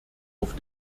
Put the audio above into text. auf